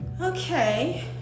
Okay